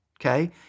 okay